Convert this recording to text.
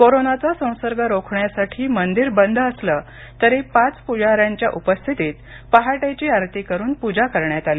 कोरोनाचा संसर्ग रोखण्यासाठी मंदिर बंद असलं तरी पाच पुजाऱ्यांच्या उपस्थितीत पहाटेची आरती करुन पूजा करण्यात आली